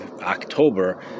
October